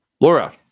Laura